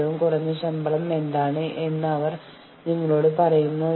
ഒപ്പം ഒരു പരാതി എന്ന രീതിയിൽ അത് വീണ്ടും മുന്നോട്ട് പോകാം